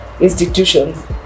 institutions